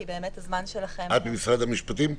באמת הזמן שלכם --- את ממשרד המשפטים?